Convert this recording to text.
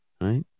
right